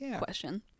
question